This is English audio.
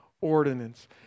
ordinance